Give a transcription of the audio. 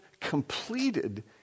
completed